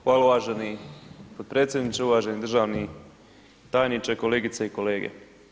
Hvala uveni potpredsjedniče, uvaženi državni tajniče, kolegice i kolege.